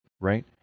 Right